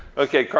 okay,